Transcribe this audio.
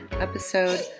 episode